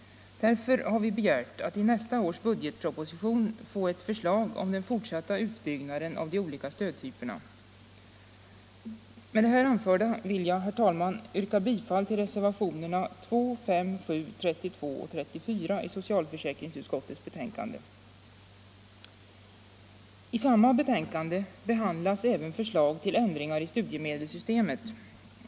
Därför begär vi att i nästa års budgetproposition få ett förslag om den fortsatta utbyggnaden av de olika stödtyperna. Med det här anförda vill jag, herr talman, yrka bifall till reservationerna 2, 5, 7, 32 och 34 vid socialförsäkringsutskottets betänkande. I samma betänkande behandlas även förslag till ändringar i studiemedelssystemet.